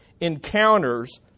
encounters